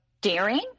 daring